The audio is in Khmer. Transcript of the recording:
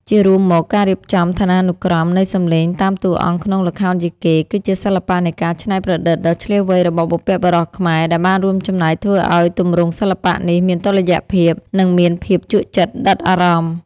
ជារួមមក ការរៀបចំឋានានុក្រមនៃសំឡេងតាមតួអង្គក្នុងល្ខោនយីកេ គឺជាសិល្បៈនៃការច្នៃប្រឌិតដ៏ឈ្លាសវៃរបស់បុព្វបុរសខ្មែរ ដែលបានរួមចំណែកធ្វើឱ្យទម្រង់សិល្បៈនេះមានតុល្យភាព និងមានភាពជក់ចិត្តដិតអារម្មណ៍។